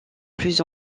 plus